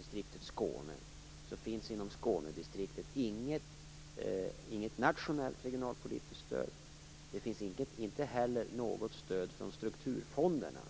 inte får något nationellt regionalpolitiskt stöd. Skåneregionen, Öresundsregionen får inte heller något stöd från strukturfonderna.